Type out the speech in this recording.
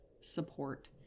support